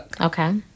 okay